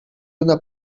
una